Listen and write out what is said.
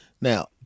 Now